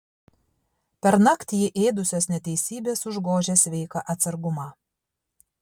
pernakt jį ėdusios neteisybės užgožė sveiką atsargumą